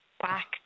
back